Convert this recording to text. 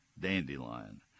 dandelion